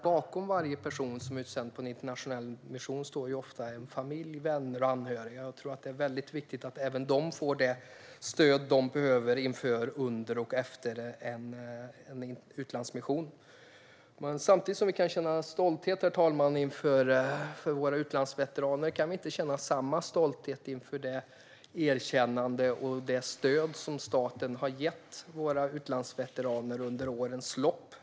Bakom varje person som är utsänd på en internationell mission står ofta en familj, vänner och anhöriga. Jag tror att det är väldigt viktigt att även de får det stöd som de behöver inför, under och efter en utlandsmission. Samtidigt som vi kan känna en stolthet, herr talman, över våra utlandsveteranser kan vi inte känna samma stolthet över det erkännande och det stöd som staten har gett våra utlandsveteraner under årens lopp.